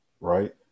right